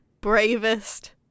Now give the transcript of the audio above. bravest